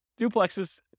duplexes